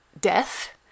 death